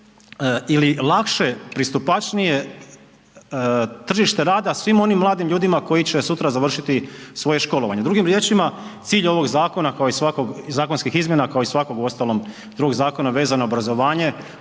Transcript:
ili lakše, pristupačnije tržište rada svim onim mladim ljudima koji će sutra završiti svoje školovanje. Drugim riječima cilj ovog zakona kao i svakog, zakonskih izmjena kao i svakog uostalom drugog zakona vezano za obrazovanje